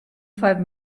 five